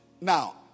now